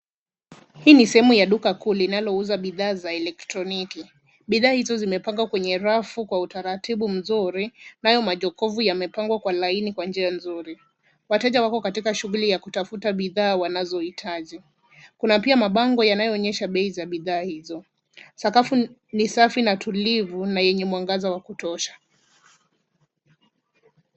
Hii ni sehemu la duka kuu linalouza bidhaa za kielektroniki. Bidhaa hizo zimepangwa kwenye rafu kwa utaratibu mzuri nayo majokofu yamepangwa kwa laini kwa njia nzuri. Wateja wako katika shughuli za kutafuta bidhaa wanazohitaji. Kuna pia mabango yanayoonyesha bei za bidhaa hizo. Sakafu ni safi na tulivu na yenye mwangaza wa kutosha.